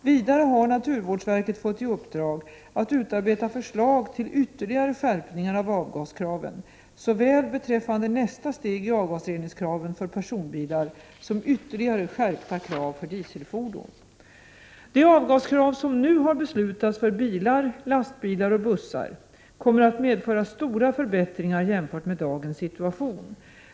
Vidare har naturvårdsverket fått i uppdrag att utarbeta förslag till ytterligare skärpningar av avgaskraven beträffande såväl nästa steg i avgasreningskraven för personbilar som ytterligare skärpta krav för dieselfordon. De avgaskrav som nu har beslutats för bilar, lastbilar och bussar kommer att medföra stora förbättringar jämfört med dagens situation.